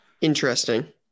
Interesting